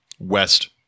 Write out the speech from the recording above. West